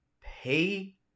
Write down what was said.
Pay